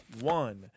One